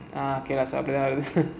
okay lah அப்டித்தான் வருது:apdithaan varuthu